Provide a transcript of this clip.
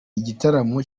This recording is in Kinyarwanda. igitaramo